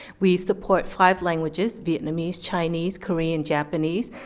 we support five languages, vietnamese, chinese, korean, japanese,